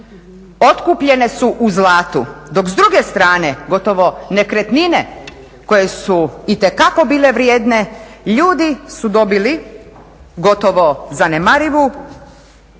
otkupljene su u zlatu, dok s druge strane gotovo nekretnine koje su itekako bile vrijedne ljudi su dobili gotovo zanemarivu,